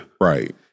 Right